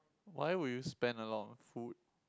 why would you spend a lot on food